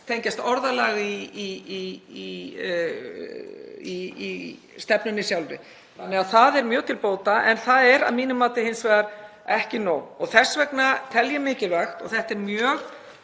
tengjast orðalagi í stefnunni sjálfri, þannig að það er mjög til bóta. En það er að mínu mati hins vegar ekki nóg og þess vegna tel ég mikilvægt að leggja